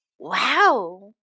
Wow